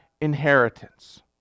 inheritance